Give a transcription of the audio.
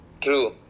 True